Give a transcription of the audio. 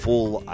Full